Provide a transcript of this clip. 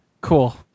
Cool